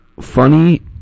funny